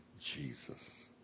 Jesus